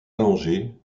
allongé